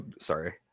sorry